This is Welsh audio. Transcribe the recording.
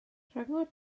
rhyngot